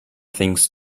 things